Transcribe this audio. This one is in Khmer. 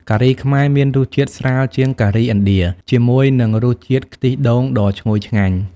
ការីខ្មែរមានរសជាតិស្រាលជាងការីឥណ្ឌា ជាមួយនឹងរសជាតិខ្ទិះដូងដ៏ឈ្ងុយឆ្ងាញ់ ។